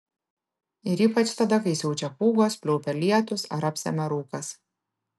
ir ypač tada kai siaučia pūgos pliaupia lietūs ar apsemia rūkas